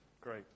Great